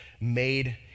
made